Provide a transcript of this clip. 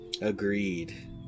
agreed